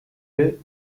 les